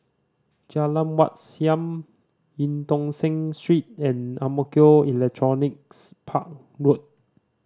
Jalan Wat Siam Eu Tong Sen Street and Ang Mo Kio Electronics Park Road